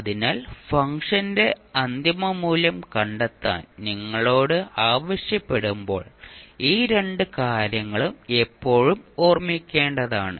അതിനാൽ ഫംഗ്ഷന്റെ അന്തിമ മൂല്യം കണ്ടെത്താൻ നിങ്ങളോട് ആവശ്യപ്പെടുമ്പോൾ ഈ രണ്ട് കാര്യങ്ങളും എപ്പോഴും ഓർമ്മിക്കേണ്ടതാണ്